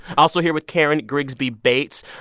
also here with karen grigsby bates,